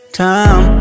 time